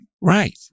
Right